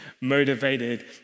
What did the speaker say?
motivated